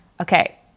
okay